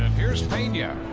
here's pena.